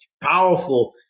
powerful